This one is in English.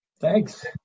Thanks